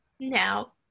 now